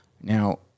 Now